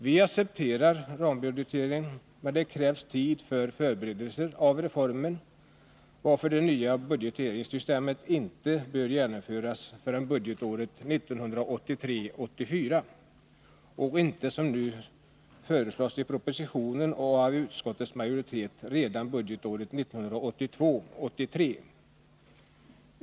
Vi accepterar rambudgeteringen, men det krävs tid för förberedelser av reformen, varför det nya budgeteringssystemet bör genomföras först budgetåret 1983 83.